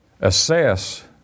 assess